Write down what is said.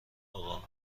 آقا